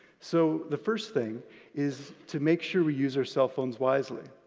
so, the first thing is to make sure we use our cell phones wisely.